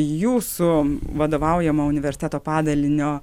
jūsų vadovaujamo universiteto padalinio